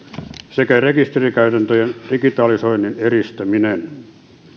sekä rekisterikäytäntöjen digitalisoinnin edistäminen